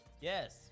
Yes